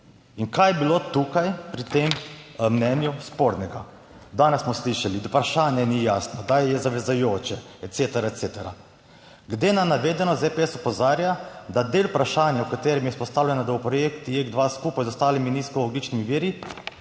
in kaj je bilo tukaj pri tem mnenju spornega? Danes smo slišali, da vprašanje ni jasno kdaj je zavezujoče ecetera ecetera. Glede na navedeno, ZPS opozarja, da del vprašanja, v katerem je izpostavljeno, da bo projekt JEK2 skupaj z ostalimi nizkoogljičnimi viri